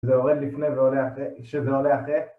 זה יורד לפני ועולה אחרי, כשזה עולה אחרי